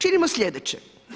Činimo sljedeće.